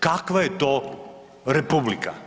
Kakva je to republika?